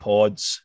Pods